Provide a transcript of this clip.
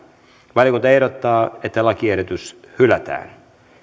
valiokunta ehdottaa että lakiehdotus hylätään